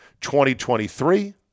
2023